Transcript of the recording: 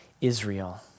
Israel